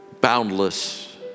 boundless